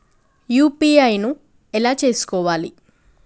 UPI ను ఎలా చేస్కోవాలి?